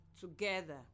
together